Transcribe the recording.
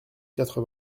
quatre